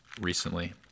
recently